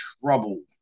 trouble